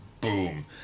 boom